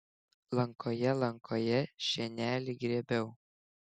lankoje lankoje šienelį grėbiau